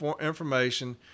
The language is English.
information